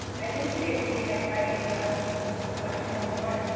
i think today will be an exciting um discussion of what